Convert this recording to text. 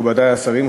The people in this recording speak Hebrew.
מכובדי השרים,